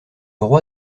roi